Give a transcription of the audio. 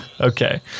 okay